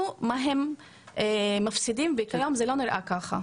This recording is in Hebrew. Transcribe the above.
מה הם מפסידים וכיום זה לא נראה ככה.